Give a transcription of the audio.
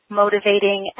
motivating